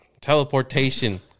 teleportation